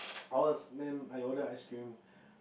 I was then I ordered ice cream